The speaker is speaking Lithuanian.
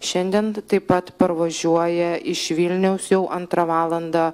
šiandien taip pat parvažiuoja iš vilniaus jau antrą valandą